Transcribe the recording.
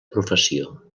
professió